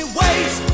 ways